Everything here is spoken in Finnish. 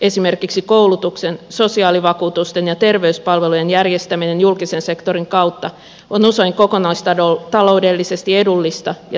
esimerkiksi koulutuksen sosiaalivakuutusten ja terveyspalvelujen järjestäminen julkisen sektorin kautta on usein kokonaistaloudellisesti edullista ja tehokasta